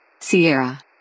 Sierra